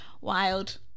Wild